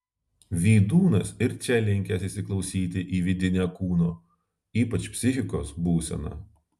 vydūnas ir čia linkęs įsiklausyti į vidinę kūno ypač psichikos būseną